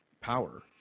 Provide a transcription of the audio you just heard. power